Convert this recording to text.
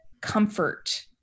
comfort